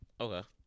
Okay